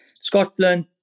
Scotland